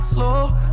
Slow